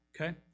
okay